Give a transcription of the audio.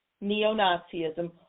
neo-Nazism